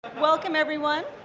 welcome everyone.